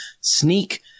sneak –